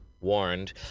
warned